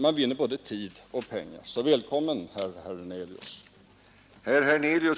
Vi vinner på det sättet både tid och pengar, så välkommen, herr Hernelius!